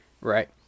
right